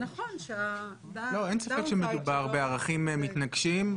אין ספק שמדובר בערכים מתנגשים,